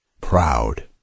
proud